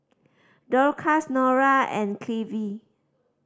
Dorcas Nora and Cliffie